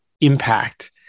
impact